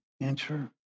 enter